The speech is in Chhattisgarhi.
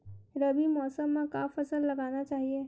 रबी मौसम म का फसल लगाना चहिए?